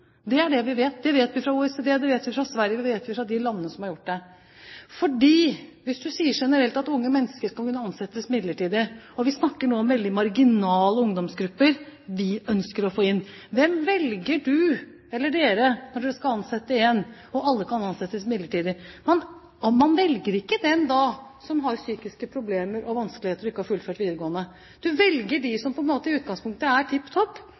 det virker på den måten. Det er det vi vet. Det vet vi fra OECD, det vet vi fra Sverige, og det vet vi fra de landene som har prøvd det. Fordi: Hvis man sier at unge mennesker generelt skal kunne ansettes midlertidig – og vi snakker nå om veldig marginale ungdomsgrupper vi ønsker å få inn – hvem velger man da når man skal ansette en, og alle kan ansettes midlertidig? Da velger man ikke den som har psykiske problemer og vanskeligheter og ikke har fullført videregående. Man velger den som i utgangspunktet er tipp topp.